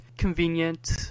convenient